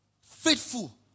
faithful